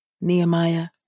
Nehemiah